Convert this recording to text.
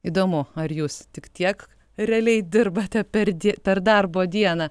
įdomu ar jūs tik tiek realiai dirbate per die per darbo dieną